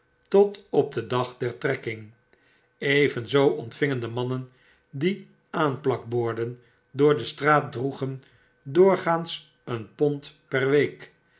tot op den dag der trekking evenzoo ontvingen de mannen die aanplakborden door de straat droegen doorgaans een pond per week